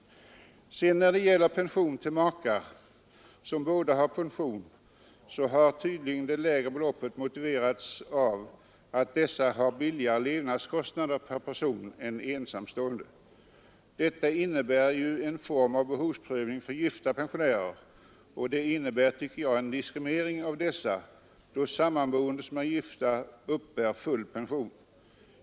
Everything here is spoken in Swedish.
Pension till makar som båda är pensionärer utgår med ett lägre belopp, än till ensamstående pensionär och detta har tydligen motiverats med att dessa har lägre levnadskostnader per person än ensamstående. Detta innebär ju en form av behovsprövning för gifta pensionärer, och det är, tycker jag, en diskriminering av dessa, då sammanboende som inte är gifta uppbär full pension.